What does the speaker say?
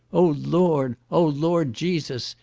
oh lord! oh lord jesus!